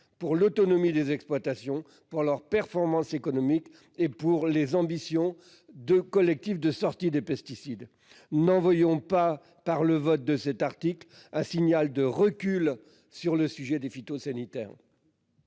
pour l'autonomie des exploitations, pour leur performance économique et pour nos ambitions collectives de sortie des pesticides. Alors, n'envoyons pas, en adoptant cet article, un signal de recul sur le sujet des produits phytosanitaires